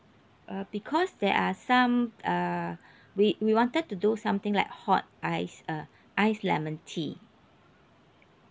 uh because there are some err we we wanted to do something like hot iced uh iced lemon tea